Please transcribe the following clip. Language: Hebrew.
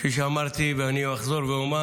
כפי שאמרתי ואחזור ואומר,